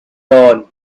dawn